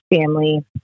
family